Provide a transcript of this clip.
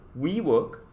WeWork